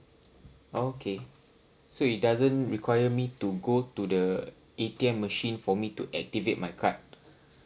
okay so it doesn't require me to go to the A_T_M machine for me to activate my card